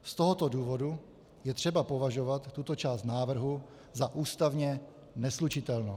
Z tohoto důvodu je třeba považovat tuto část návrhu za ústavně neslučitelnou.